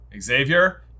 Xavier